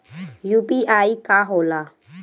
UPI का होला?